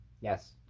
Yes